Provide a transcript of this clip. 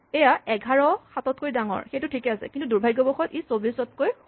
এয়া ১১ ৭ তকৈ ডাঙৰ সেইটো ঠিকে আছে কিন্তু দুৰ্ভাগ্যবশতঃ ই ২৪ তকৈ সৰু